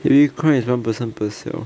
heavy crime is one person per cell